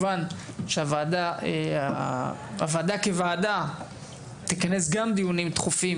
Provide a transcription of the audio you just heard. הוועדה כוועדה תכנס גם דיונים דחופים